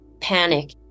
panic